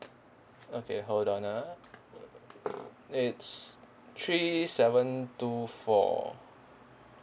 okay hold on ah it's three seven two four